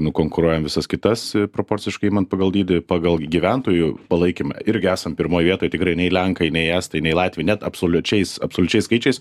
nukonkuruojam visas kitas proporciškai man pagal dydį pagal gyventojų palaikymą irgi esam pirmoj vietoj tikrai nei lenkai nei estai nei latviai net absoliučiais absoliučiais skaičiais